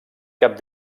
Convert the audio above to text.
cap